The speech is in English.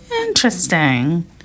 Interesting